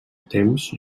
temps